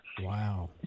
Wow